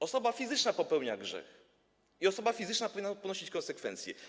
Osoba fizyczna popełnia grzech i osoba fizyczna powinna ponosić konsekwencje.